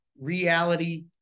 reality